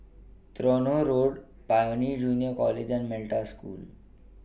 Tronoh Road Pioneer Junior College and Metta School